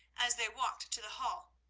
as they walked to the hall,